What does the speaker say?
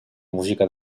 música